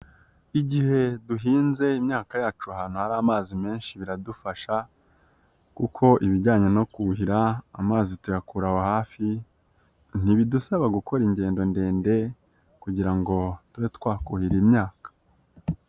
Igihe duhinze imyaka yacu ahantu hari amazi menshi biradufasha kuko ibijyanye no kuhira amazi tuyakura aho hafi ntibidusaba gukora ingendo ndende kugira ngo tube twakuhira imyaka.